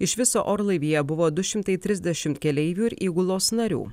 iš viso orlaivyje buvo du šimtai trisdešimt keleivių ir įgulos narių